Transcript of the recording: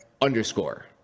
underscore